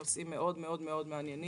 נושאים מאוד מאוד מעניינים,